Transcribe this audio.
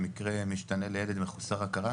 המקרה משתנה לילד מחוסר הכרה,